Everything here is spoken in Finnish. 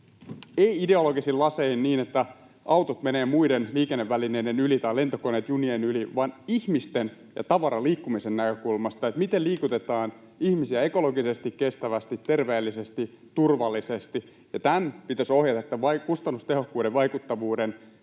ei ideologisin lasein, niin että autot menevät muiden liikennevälineiden yli tai lentokoneet junien yli, vaan ihmisten ja tavaran liikkumisen näkökulmasta, miten liikutetaan ihmisiä ekologisesti, kestävästi, terveellisesti ja turvallisesti. Tämän kustannustehokkuuden ja vaikuttavuuden